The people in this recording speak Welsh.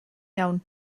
iawn